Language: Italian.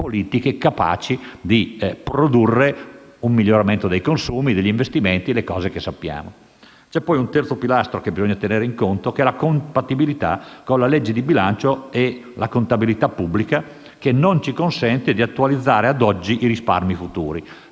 espansive, capaci di produrre un miglioramento dei consumi e degli investimenti, con tutto ciò che sappiamo. C'è poi il terzo pilastro, che è quello della compatibilità con la legge di bilancio e la contabilità pubblica, che non ci consente di attualizzare ad oggi i risparmi futuri.